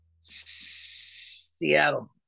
Seattle